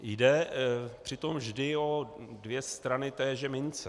Jde přitom vždy o dvě strany téže mince.